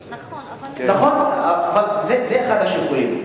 נכון, אבל, נכון, אבל זה אחד השיקולים.